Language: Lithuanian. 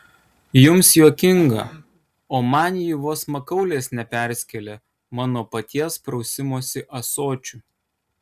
jums juokinga o man ji vos makaulės neperskėlė mano paties prausimosi ąsočiu